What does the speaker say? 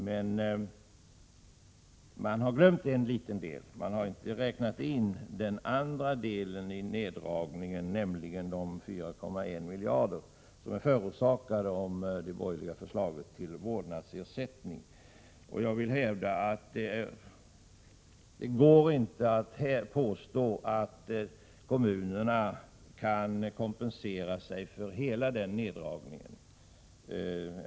Men man har glömt en liten del, nämligen den andra delen i neddragningen, dvs. de 4,1 miljarder kronor som det borgerliga förslaget till vårdnadsersättning kostar. Jag hävdar att kommunerna inte kan kompensera sig för hela den neddragningen.